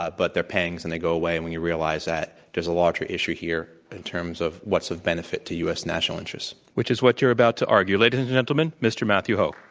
ah but they're pangs, and they go away and when you realize that there's a larger issue here in terms of what's of benefit to u. s. national interest. which is what you're about to argue. ladies and gentlemen, mr. matthew hoh.